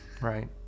Right